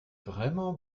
vraiment